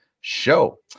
show